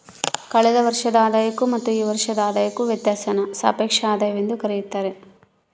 ಕಳೆದ ವರ್ಷದ ಆದಾಯಕ್ಕೂ ಮತ್ತು ಈ ವರ್ಷದ ಆದಾಯಕ್ಕೂ ವ್ಯತ್ಯಾಸಾನ ಸಾಪೇಕ್ಷ ಆದಾಯವೆಂದು ಕರೆಯುತ್ತಾರೆ